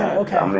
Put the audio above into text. okay.